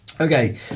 Okay